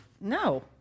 No